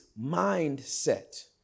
mindset